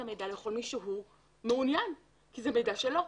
המידע לכל מי שהוא מעוניין כי זה מידע שלו.